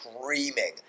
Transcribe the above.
screaming